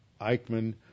Eichmann